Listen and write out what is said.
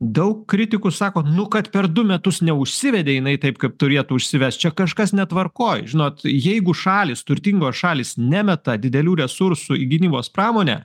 daug kritikų sako nu kad per du metus neužsivedė jinai taip kad turėtų užsivest čia kažkas netvarkoj žinot jeigu šalys turtingos šalys nemeta didelių resursų į gynybos pramonę